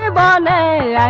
ah bomb a